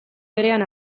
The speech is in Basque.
berean